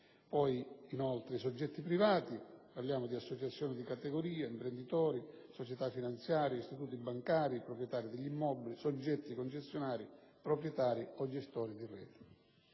denominati; soggetti privati (associazioni di categoria, imprenditori, società finanziarie, istituti bancari proprietari degli immobili, soggetti concessionari, proprietari o gestori di rete).